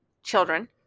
children